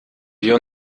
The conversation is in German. wir